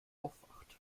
aufwacht